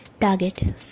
Target